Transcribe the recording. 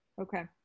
Okay